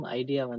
idea